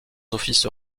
offices